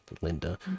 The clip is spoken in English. linda